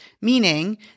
meaning